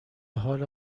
حال